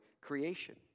creation